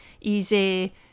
easy